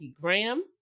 Graham